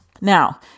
Now